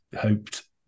hoped